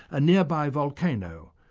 a nearby volcano,